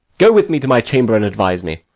go with me to my chamber and advise me.